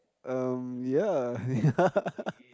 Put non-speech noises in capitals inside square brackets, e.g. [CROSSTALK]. um ya ya [LAUGHS]